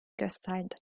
gösterdi